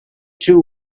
two